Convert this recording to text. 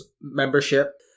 membership